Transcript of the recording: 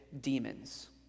demons